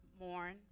mourn